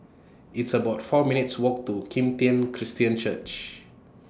It's about four minutes' Walk to Kim Tian Christian Church